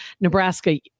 Nebraska